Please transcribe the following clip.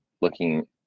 looking